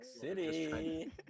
City